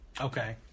Okay